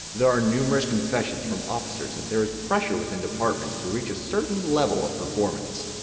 there are numerous confessions from officers that there is pressure within departments to reach a certain level of performance.